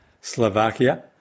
Slovakia